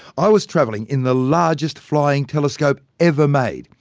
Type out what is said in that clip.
i was travelling in the largest flying telescope ever made,